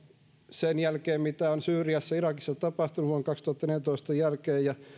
sen jälkeen mitä on syyriassa ja irakissa tapahtunut vuoden kaksituhattaneljätoista jälkeen ja